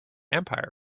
empire